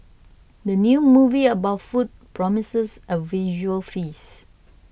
the new movie about food promises a visual feast